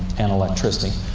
and electricity.